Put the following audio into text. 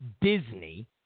Disney